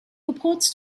purports